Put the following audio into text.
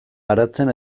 garatzen